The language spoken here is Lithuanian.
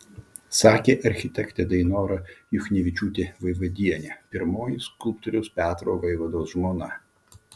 sakė architektė dainora juchnevičiūtė vaivadienė pirmoji skulptoriaus petro vaivados žmona